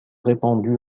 répandu